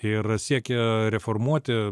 ir siekė reformuoti